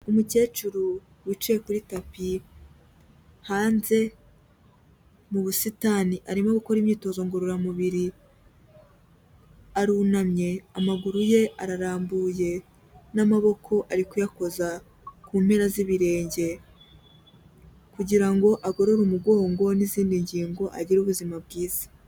Umukecuru wicaye kuri tapi hanze mu busitani, arimo gukora imyitozo ngororamubiri, arunamye, amaguru ye ararambuye n'amaboko ari kuyakoza ku mpera z'ibirenge kugira ngo agorore umugongo n'izindi ngingo agire ubuzima bwiza.